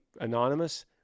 anonymous